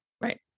Right